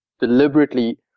deliberately